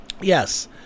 Yes